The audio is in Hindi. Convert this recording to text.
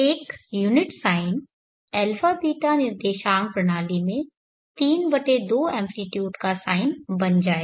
एक यूनिट साइन αβ निर्देशांक प्रणाली में 32 एम्पलीट्यूड का साइन बन जाएगा